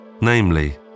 namely